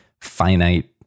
finite